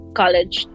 college